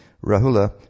Rahula